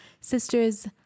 Sisters